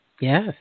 Yes